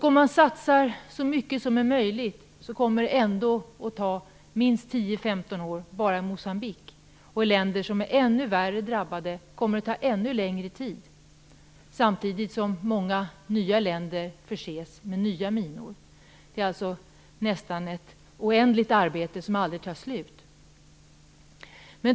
Om man satsar så mycket som är möjligt, kommer det ändå att ta minst 10-15 år bara i Moçambique. I länder som är ännu värre drabbade kommer det att ta ännu längre tid. Samtidigt förses många andra länder med nya minor. Det här är alltså nästan ett oändligt arbete som aldrig tar slut.